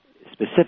specific